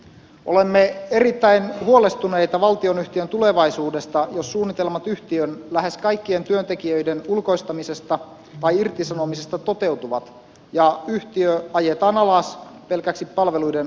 olemme erittäin huolestuneita valtionyhtiön tulevaisuudesta jos suunnitelmat yhtiön lähes kaikkien työntekijöiden ulkoistamisesta tai irtisanomisesta toteutuvat ja yhtiö ajetaan alas pelkäksi palveluiden ostajaksi